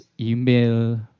email